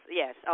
yes